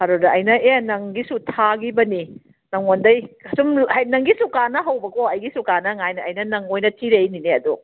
ꯑꯗꯨꯗ ꯑꯩꯅ ꯑꯦ ꯅꯪꯒꯤꯁꯨ ꯊꯥꯈꯤꯕꯅꯤ ꯅꯪꯉꯣꯟꯗꯩ ꯁꯨꯝ ꯍꯥꯏꯗꯤ ꯅꯪꯒꯤꯁꯨ ꯀꯥꯅꯍꯧꯕꯀꯣ ꯑꯩꯒꯤꯁꯨ ꯀꯥꯅꯅꯤꯡꯉꯥꯏꯅꯤ ꯑꯩꯅ ꯅꯪ ꯑꯣꯏꯅ ꯊꯤꯔꯛꯏꯅꯤꯅꯦ ꯑꯗꯨ